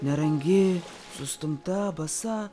nerangi sustumta basa